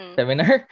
seminar